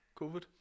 COVID